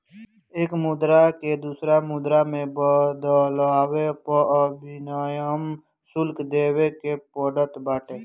एक मुद्रा के दूसरा मुद्रा में बदलला पअ विनिमय शुल्क देवे के पड़त बाटे